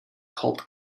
cult